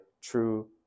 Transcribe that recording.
true